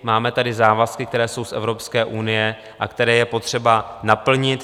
Máme tady závazky, které jsou z Evropské unie a které je potřeba naplnit.